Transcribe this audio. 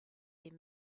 their